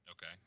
okay